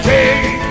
Take